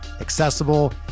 accessible